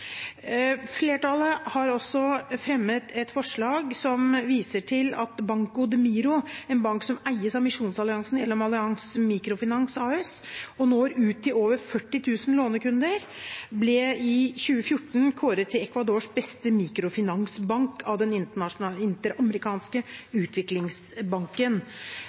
Flertallet har også fremmet et forslag som viser til at Banco D-Miro, en bank som eies av Misjonsalliansen gjennom Alliance Microfinance AS, og som når ut til over 40 000 lånekunder, i 2014 ble kåret til Ecuadors beste mikrofinansbank av Den interamerikanske utviklingsbanken.